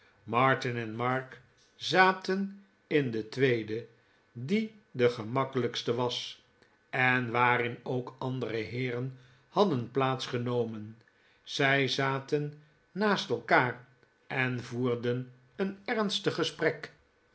martin en mark zaten in den tweeden die de gemakkelijkste was en waarin ook andere heeren hadden plaats genomen zij zaten naast elkaar en voerden een ernstig gesprek